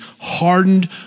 hardened